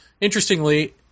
interestingly